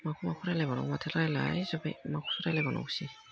माखौ माखौ रायज्लायबावनो माथो रायज्लाय जोबबाय माखौ रायलायबावनांगौसै